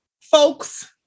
folks